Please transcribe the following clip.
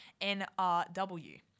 NRW